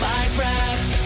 Minecraft